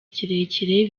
kirekire